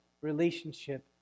relationship